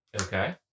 Okay